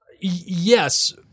Yes